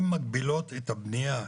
הן מגבילות את הבנייה,